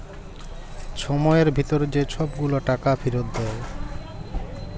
ছময়ের ভিতরে যে ছব গুলা টাকা ফিরত দেয়